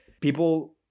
people